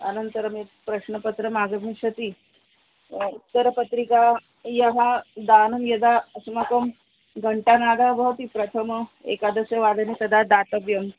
अनन्तरं यत् प्रश्नपत्रमागमिष्यति उत्तरपत्रिकायाः दानं यदा अस्माकं घण्टानादः भवति प्रथमं एकादशवादने तदा दातव्यम्